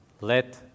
let